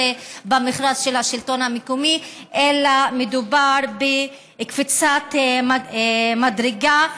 במכרז של השלטון המקומי אלא מדובר בקפיצת מדרגה,